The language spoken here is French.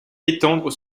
étendre